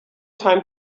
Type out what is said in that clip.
time